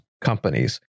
companies